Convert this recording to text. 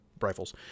rifles